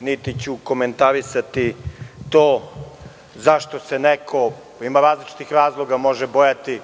niti ću komentarisati to zašto se neko, ima različitih razloga, može bojati